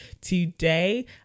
today